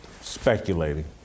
speculating